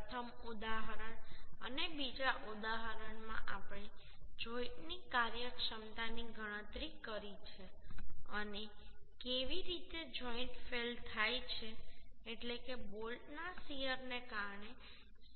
પ્રથમ ઉદાહરણ અને બીજા ઉદાહરણમાં આપણે જોઈન્ટની કાર્યક્ષમતાની ગણતરી કરી છે અને કેવી રીતે જોઈન્ટ ફેઈલ થાય છે એટલે કે બોલ્ટના શીયરને કારણે